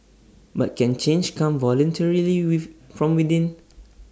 but can change come voluntarily with from within